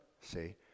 see